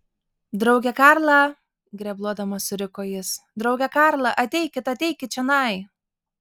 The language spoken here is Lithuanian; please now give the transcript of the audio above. drauge karla grebluodamas suriko jis drauge karla ateikit ateikit čionai